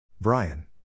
Brian